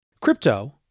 Crypto